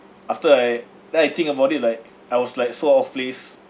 after I then I think about it like I was like so out of place